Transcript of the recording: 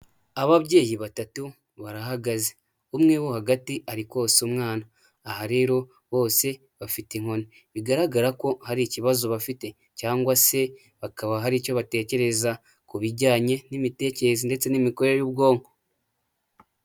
Ababyeyi batatu barahagaze umwe wo hagati ari kose umwana aha rero bose bafite inkoni bigaragara ko hari ikibazo bafite cyangwa se bakaba hari icyo batekereza ku bijyanye n'imitekerereze ndetse n'imikorere y'ubwonko.